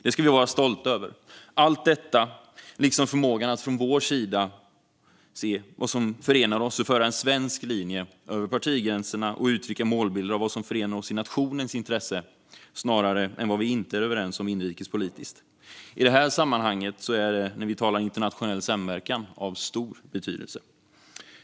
Det ska vi vara stolta över - allt detta, liksom förmågan att från vår sida se vad som förenar oss och driva en svensk linje över partigränserna och uttrycka målbilder av vad som förenar oss i nationens intresse, snarare än vad vi inte är överens om inrikespolitiskt. I det här sammanhanget, när vi talar internationell samverkan, är det av stor betydelse.